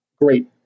great